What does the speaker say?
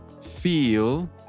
feel